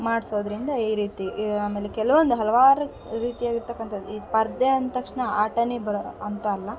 ಮಾಡ್ಸೋದರಿಂದ ಈ ರೀತಿ ಆಮೇಲೆ ಕೆಲವೊಂದು ಹಲ್ವಾರು ರೀತಿಯಾಗಿರ್ತಕ್ಕಂಥದ್ದು ಈ ಸ್ಪರ್ಧೆ ಅಂತ ತಕ್ಷಣ ಆಟವೇ ಬರೋ ಅಂತ ಅಲ್ಲ